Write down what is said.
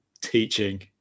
teaching